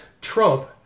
Trump